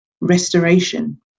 restoration